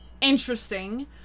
interesting